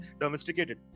domesticated